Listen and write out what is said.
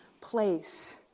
place